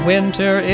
Winter